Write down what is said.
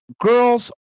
girls